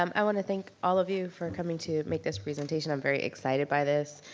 um i wanna thank all of you for coming to make this presentation, i'm very excited by this.